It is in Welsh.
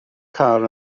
car